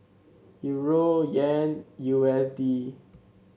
Euro Yen U S D